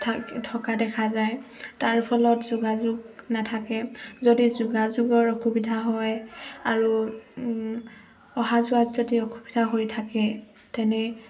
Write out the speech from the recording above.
থাক থকা দেখা যায় তাৰ ফলত যোগাযোগ নাথাকে যদি যোগাযোগৰ অসুবিধা হয় আৰু অহা যোৱাত যদি অসুবিধা হৈ থাকে তেনে